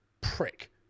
prick